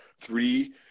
three